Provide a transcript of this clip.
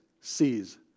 sees